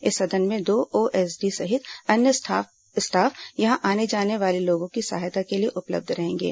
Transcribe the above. इस सदन में दो ओएस डी सहित अन्य स्टाफ यहां आने जाने वाले लोगों की सहायता के लिए उपलब्ध रहेंगे